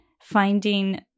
finding